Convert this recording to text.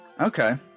Okay